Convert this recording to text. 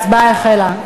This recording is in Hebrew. ההצבעה החלה.